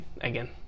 Again